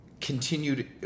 continued